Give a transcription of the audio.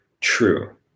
true